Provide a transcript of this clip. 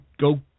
go